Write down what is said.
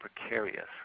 precarious